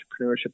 Entrepreneurship